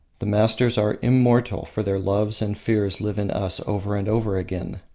the masters are immortal, for their loves and fears live in us over and over again.